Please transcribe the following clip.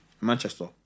Manchester